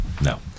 No